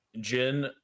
Jin